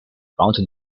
raunte